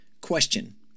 Question